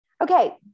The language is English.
Okay